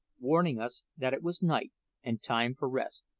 warning us that it was night and time for rest.